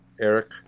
Eric